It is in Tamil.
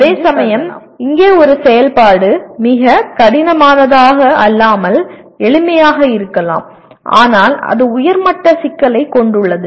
அதேசமயம் இங்கே ஒரு செயல்பாடு மிக கடினமானதாக அல்லாமல் எளிமையாக இருக்கலாம் ஆனால் அது உயர் மட்ட சிக்கலைக் கொண்டுள்ளது